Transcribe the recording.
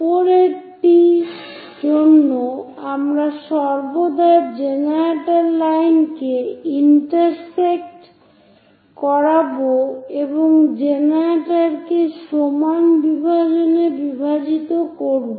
উপরেরটির জন্য আমরা সর্বদা জেনারেটরের লাইন কে ইন্টারসেক্ট করাব এবং জেনারেটরকে সমান বিভাজনে বিভাজিত করতে করব